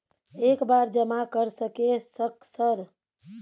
एक बार जमा कर सके सक सर?